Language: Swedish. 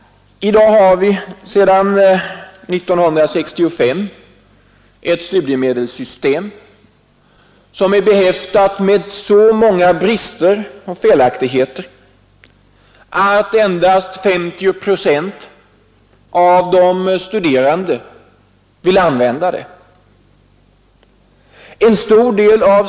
Sedan 1965 har vi ett studiemedelssystem som är behäftat med så många brister och felaktigheter att endast 50 procent av de studerande vill använda det.